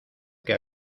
que